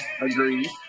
Agreed